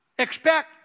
Expect